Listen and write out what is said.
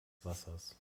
wassers